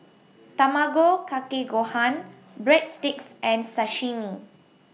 Tamago Kake Gohan Breadsticks and Sashimi